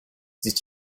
did